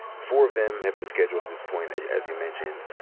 four of them have been scheduled at this point, and as you mentioned.